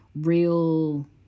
real